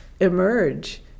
emerge